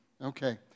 Okay